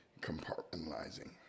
compartmentalizing